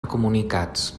comunicats